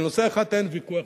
על נושא אחד אין ויכוח.